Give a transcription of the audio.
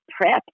prep